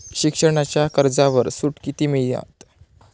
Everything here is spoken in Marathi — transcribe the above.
शिक्षणाच्या कर्जावर सूट किती मिळात?